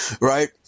right